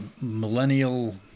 millennial